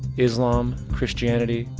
islam, christianity,